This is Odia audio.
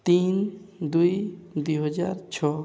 ତିନି ଦୁଇ ଦୁଇ ହଜାର ଛଅ